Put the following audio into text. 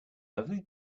lovely